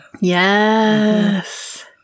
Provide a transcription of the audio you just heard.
yes